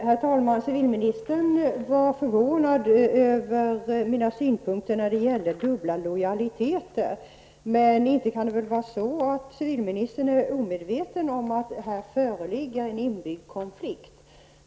Herr talman! Civilministern var förvånad över mina synpunkter på dubbla lojaliteter. Men inte kan väl civilministern vara omedveten om att här föreligger en inbyggd konflikt?